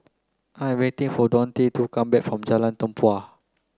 I'm waiting for Dante to come back from Jalan Tempua